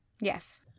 Yes